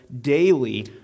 daily